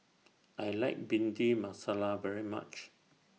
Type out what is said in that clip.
I like Bhindi Masala very much